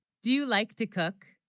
do you like to cook